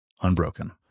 unbroken